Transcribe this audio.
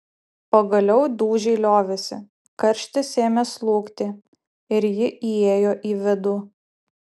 pagaliau dūžiai liovėsi karštis ėmė slūgti ir ji įėjo į vidų